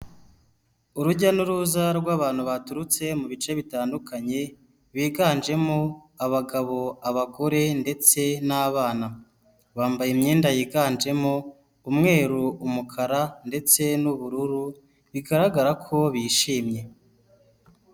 Urujya n'uruza rw'abantu baturutse mu bice bitandukanye biganjemo abagabo abagore ndetse n'abana bambaye imyenda yiganjemo umweru, umukara, ndetse n'ubururu bigaragara ko bishimye.